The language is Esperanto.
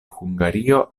hungario